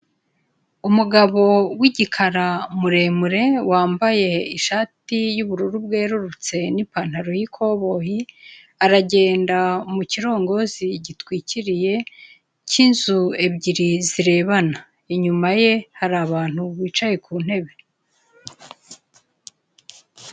Umugabo w'igikara muremure, wambaye ishati y'ubururu bwerurutse n'ipantaro y'ikoboyi, aragenda mu kirongozi gitwikiriye cy'inzu ebyiri zirebana. Inyuma ye hari abantu bicaye ku ntebe.